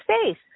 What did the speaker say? space